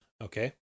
Okay